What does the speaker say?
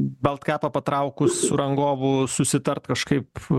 balkepą patraukus su rangovu susitart kažkaip